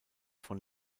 von